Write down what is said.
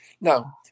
Now